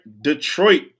Detroit